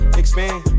expand